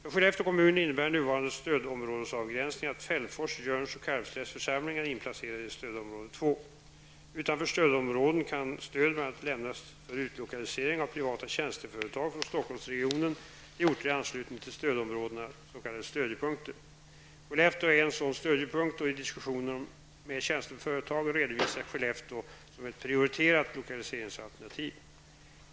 Utanför stödområden kan stöd bl.a. lämnas för utlokalisering av privata tjänsteföretag från Stockholmsregionen till orter i anslutning till stödområdena, s.k. stödjepunkter. Skellefteå är en sådan stödjepunkt och i diskussioner med tjänsteföretag redovisas Skellefteå som ett prioriterat lokaliseringsalternativ.